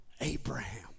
Abraham